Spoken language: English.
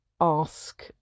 ask